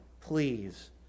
please